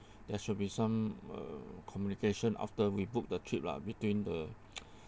there should be some uh communication after we book the trip lah between the